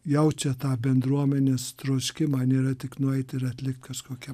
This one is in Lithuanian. jaučia tą bendruomenės troškimą nėra tik nueit ir atlikt kažkokią